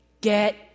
get